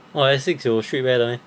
!wah! Essex 有 streetwear 的 meh